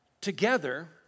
together